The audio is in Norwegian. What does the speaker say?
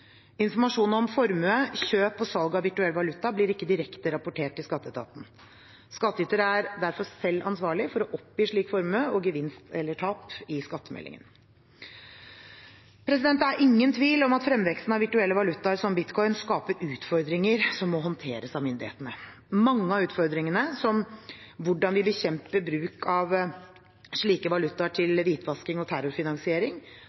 Informasjon om formue, kjøp og salg av virtuell valuta blir ikke direkte rapportert til skatteetaten. Skattyter er derfor selv ansvarlig for å oppgi slik formue og gevinst/tap i skattemeldingen. Det er ingen tvil om at fremveksten av virtuelle valutaer som bitcoin skaper utfordringer som må håndteres av myndighetene. Mange av utfordringene, som hvordan vi bekjemper bruk av slike valutaer